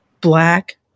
black